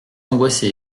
angoissé